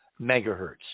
megahertz